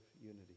unity